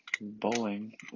bowling